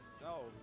no